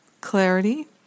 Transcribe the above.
clarity